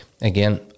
again